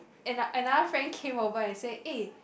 and another friend came over and say eh